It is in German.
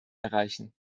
erreichen